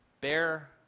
Bear